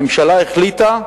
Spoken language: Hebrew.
הממשלה החליטה: